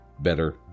better